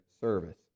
service